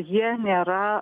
jie nėra